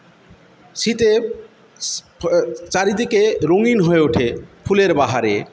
শীতের চারিদিকে রঙিন হয়ে ওঠে ফুলের বাহারে